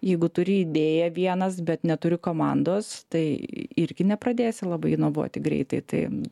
jeigu turi idėją vienas bet neturi komandos tai irgi nepradėsi labai inovuoti greitai tai